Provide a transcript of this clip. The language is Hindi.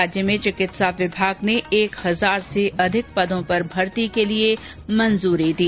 ्राज्य में चिकित्सा विभाग ने एक हजार से अधिक पदों पर भर्ती के लिए मंजूरी दी